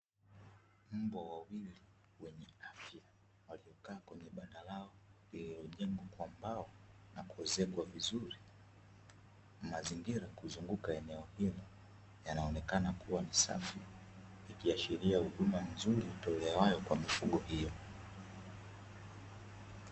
Mbwa wawili wakiwa wenye afya, waliokaa kwenye banda lao, lililojengwa kwa mbao na kuezekwa vizuri. Mazingira kuzunguka eneo hilo yanaonekana kuwa masafi. Ikiashiria huduma nzuri itolewayo, kwa mifugo hiyo.